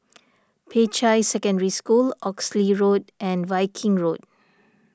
Peicai Secondary School Oxley Road and Viking Road